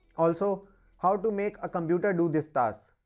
also how to make a computer do these tasks,